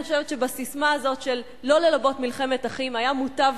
אני חושבת שבססמה הזאת של לא ללבות מלחמת אחים היה מוטב